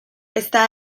está